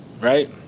right